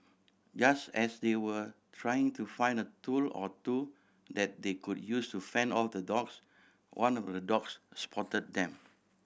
just as they were trying to find a tool or two that they could use to fend off the dogs one of the dogs spot them